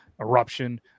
eruption